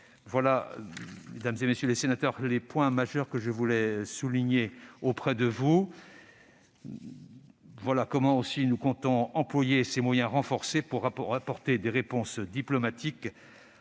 sont, mesdames, messieurs les sénateurs, les points majeurs du PLF que je voulais évoquer auprès de vous. Voilà comment nous comptons employer ces moyens renforcés pour apporter des réponses diplomatiques,